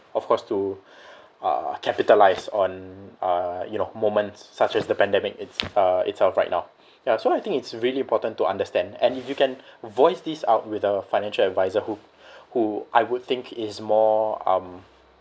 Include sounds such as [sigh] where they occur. of course to [breath] uh capitalize on uh you know moments such as the pandemic it's uh it's of right now ya so I think it's really important to understand and if you can voice this out with a financial adviser who [breath] who I would think is more um